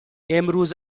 امروز